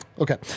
Okay